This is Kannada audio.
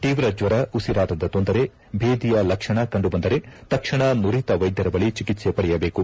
ತೀವ್ರ ಜ್ವರ ಉಸಿರಾಟದ ತೊಂದರೆ ಭೇದಿಯ ಲಕ್ಷಣ ಕಂಡುಬಂದರೆ ತಕ್ಷಣ ಮರಿತ ವೈದ್ಯರ ಬಳಿ ಚಿಕಿತ್ಸೆ ಪಡೆಯಬೇಕು